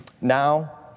Now